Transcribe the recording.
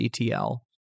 ETL